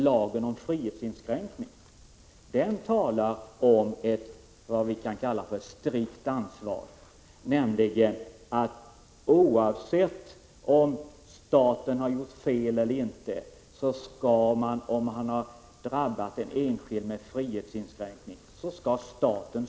Lagen om frihetsinskränkning talar om vad vi kan kalla ett strikt ansvar. Oavsett om staten har gjort fel eller inte skall staten stå för kostnaderna om den enskilde har drabbats av frihetsinskränkning.